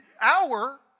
hour